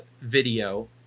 video